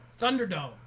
Thunderdome